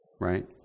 Right